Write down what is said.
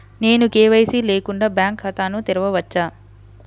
నేను కే.వై.సి లేకుండా బ్యాంక్ ఖాతాను తెరవవచ్చా?